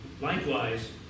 Likewise